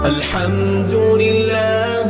Alhamdulillah